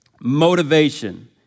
motivation